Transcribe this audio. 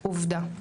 עובדה.